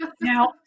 Now